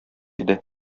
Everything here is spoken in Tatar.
иде